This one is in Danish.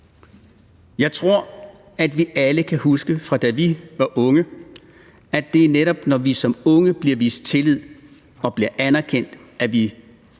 Jeg tror, at vi alle kan huske, fra da vi var unge, at det netop er, når vi som unge bliver vist tillid og bliver anerkendt, at vi